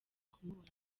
kumubona